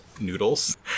noodles